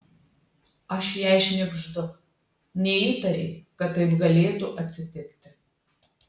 aš jai šnibždu neįtarei kad taip galėtų atsitikti